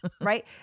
right